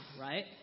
right